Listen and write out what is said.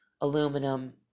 aluminum